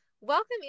welcome